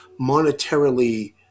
monetarily